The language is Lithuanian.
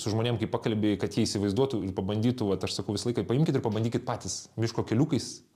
su žmonėm kai pakalbi kad jie įsivaizduotų ir pabandytų vat aš sakau visą laiką paimkit ir pabandykit patys miško keliukais